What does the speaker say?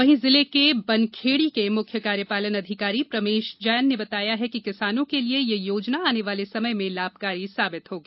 वहीं जिले के बनखेड़ी के मुख्य कार्यपालन अधिकारी प्रमेश जैन ने बताया कि किसानों के लिए यह योजना आने वाले समय में लाभकारी साबित होगी